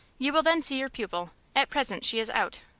you will then see your pupil. at present she is out.